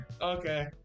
Okay